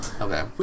Okay